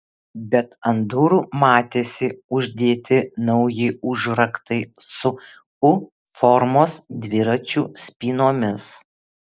bet ant durų matėsi uždėti nauji užraktai su u formos dviračių spynomis